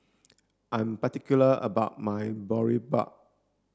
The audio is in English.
I'm particular about my Boribap